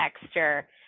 texture